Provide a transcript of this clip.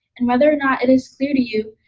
and whether or not it is clear to you,